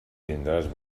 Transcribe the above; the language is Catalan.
tindràs